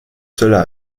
cela